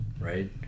right